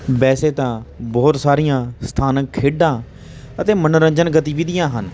ਵੈਸੇ ਤਾਂ ਬਹੁਤ ਸਾਰੀਆਂ ਸਥਾਨਕ ਖੇਡਾਂ ਅਤੇ ਮਨੋਰੰਜਨ ਗਤੀਵਿਧੀਆਂ ਹਨ